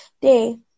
day